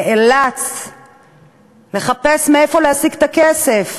נאלץ לחפש מאיפה להשיג את הכסף,